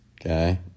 Okay